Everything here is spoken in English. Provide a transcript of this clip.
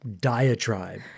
diatribe